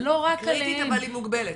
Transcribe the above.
היא קריטית, אבל היא מוגבלת,